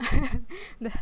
the